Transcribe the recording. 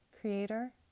Creator